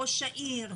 ראש העיר?